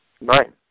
Right